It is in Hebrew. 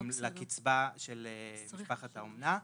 לקצבה של משפחת האומנה.